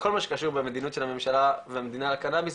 בכל מה שקשור במדיניות של הממשלה והמדינה בקנביס,